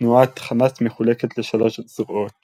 תנועת חמאס מחולקת לשלוש זרועות